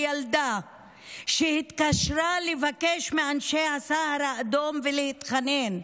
הילדה שהתקשרה לבקש מאנשי הסהר האדום ולהתחנן: